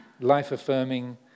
life-affirming